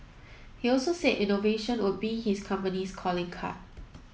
he also said innovation would be his company's calling card